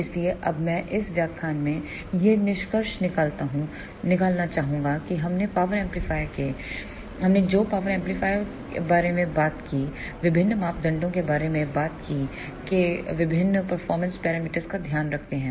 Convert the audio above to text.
इसलिए अब मैं इस व्याख्यान में यह निष्कर्ष निकालना चाहूंगा कि हमने पावर एम्पलीफायरों के हमने जो पावर एम्पलीफायरों बारे में बात की विभिन्न मापदंडों के बारे में बात की के विभिन्न परफॉर्मेंस पैरामीटर का ध्यान रखते हैं